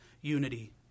unity